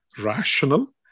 rational